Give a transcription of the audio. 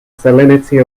salinity